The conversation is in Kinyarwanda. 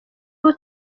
abo